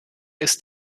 ist